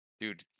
Dude